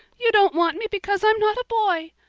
you don't want me because i'm not a boy!